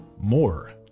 more